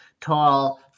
tall